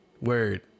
Word